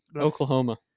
Oklahoma